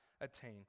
attain